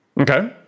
Okay